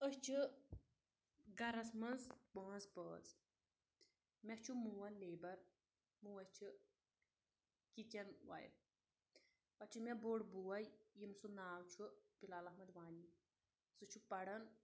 أسۍ چھِ گَرَس منٛز پانٛژھ بٲژ مےٚ چھُ مول لیبَر موج چھِ کِچَن وایِف پَتہٕ چھُ مےٚ بوٚڈ بوے ییٚمۍ سُنٛد ناو چھُ بلال احمد وانی سُہ چھُ پَران